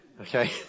Okay